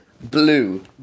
blue